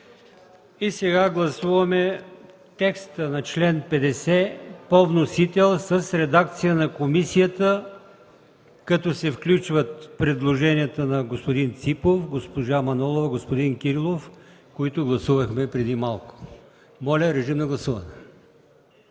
ще гласуваме текста на чл. 50 по вносител с редакция на комисията като се включват предложенията на господин Ципов, госпожа Манолова и господин Кирилов, които гласувахме преди малко. Моля, режим на гласуване.